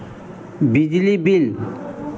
बिजली बिल